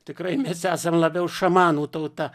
tikrai mes esam labiau šamanų tauta